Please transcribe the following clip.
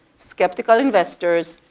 skeptical investors,